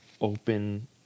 open